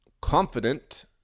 confident